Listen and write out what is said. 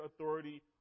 authority